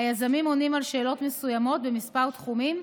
היזמים עונים על שאלות מסוימות בכמה תחומים,